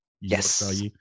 Yes